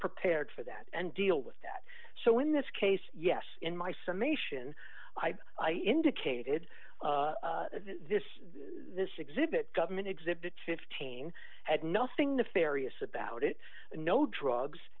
prepared for that and deal with that so in this case yes in my summation i indicated this this exhibit government exhibit fifteen had nothing nefarious about it no drugs